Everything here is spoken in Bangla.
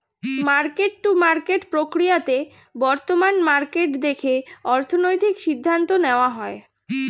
মার্কেট টু মার্কেট প্রক্রিয়াতে বর্তমান মার্কেট দেখে অর্থনৈতিক সিদ্ধান্ত নেওয়া হয়